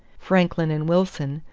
franklin and wilson,